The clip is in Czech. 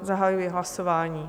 Zahajuji hlasování.